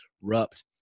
disrupt